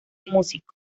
músico